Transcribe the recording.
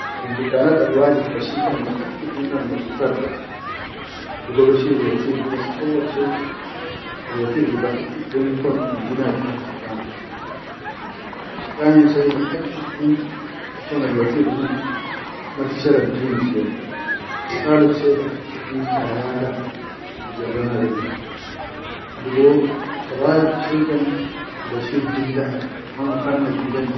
Al bikanat bashifan baʼakid minal nadifat da, digo ba shiri watir da hubas auwal shai al watir baʼakid be kon enjina da ma taʼabana, atayin shai baʼakid min ko nal watir di, mati sharab dine bilen talit shai baʼakid min tayata albijanrina del da, digo rabi sahi kan ba shif jil da ha ma mi khannash bilen.